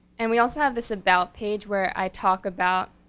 and we also have this about page where i talk about,